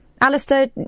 Alistair